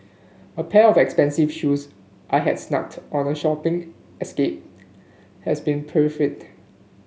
a pair of expensive shoes I had snagged on a shopping escape has been pilfered